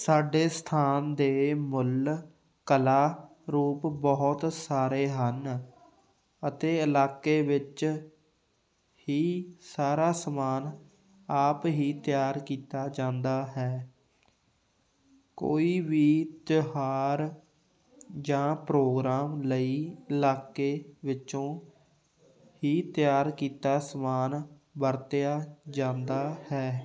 ਸਾਡੇ ਸਥਾਨ ਦੇ ਮੁੱਲ ਕਲਾ ਰੂਪ ਬਹੁਤ ਸਾਰੇ ਹਨ ਅਤੇ ਇਲਾਕੇ ਵਿੱਚ ਹੀ ਸਾਰਾ ਸਮਾਨ ਆਪ ਹੀ ਤਿਆਰ ਕੀਤਾ ਜਾਂਦਾ ਹੈ ਕੋਈ ਵੀ ਤਿਉਹਾਰ ਜਾਂ ਪ੍ਰੋਗਰਾਮ ਲਈ ਇਲਾਕੇ ਵਿੱਚੋਂ ਹੀ ਤਿਆਰ ਕੀਤਾ ਸਮਾਨ ਵਰਤਿਆ ਜਾਂਦਾ ਹੈ